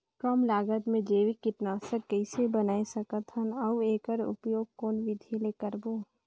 कम लागत मे जैविक कीटनाशक कइसे बनाय सकत हन अउ एकर उपयोग कौन विधि ले करबो?